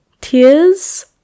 Tears